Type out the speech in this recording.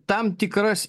tam tikras